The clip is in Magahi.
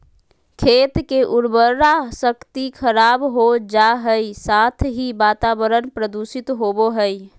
खेत के उर्वरा शक्ति खराब हो जा हइ, साथ ही वातावरण प्रदूषित होबो हइ